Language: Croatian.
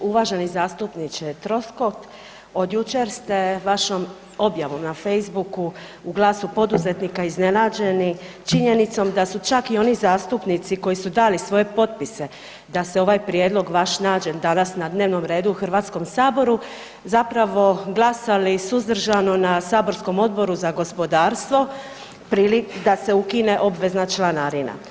Uvaženi zastupniče Troskot, od jučer ste vašom objavom na Facebooku u „Glasu poduzetnika“ iznenađeni činjenicom da su čak i oni zastupnici koji su dali svoje potpise da se ovaj prijedlog vaš nađe danas na dnevnom redu u HS zapravo glasali suzdržano na saborskom Odboru za gospodarstvo da se ukine obvezna članarina.